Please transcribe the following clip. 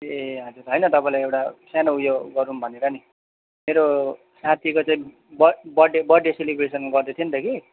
ए हजुर होइन तपाईँलाई एउटा सानो उयो गरौँ भनेर पनि मेरो साथीको चाहिँ ब ब birthday birthday celebration गर्दै थियो नि त कि